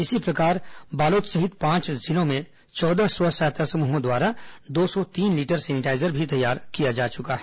इसी प्रकार पांच जिलों में चौदह स्व सहायता समूहों द्वारा दो सौ तीन लीटर सैनिटाईजर भी तैयार किया जा चुका है